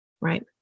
Right